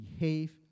behave